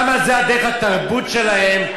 שמה זו דרך התרבות שלהם.